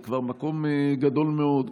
זה כבר מקום גדול מאוד.